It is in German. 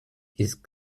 ist